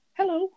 hello